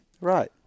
Right